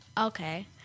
Okay